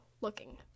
looking